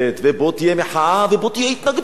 ופה תהיה מחאה ופה תהיה התנגדות.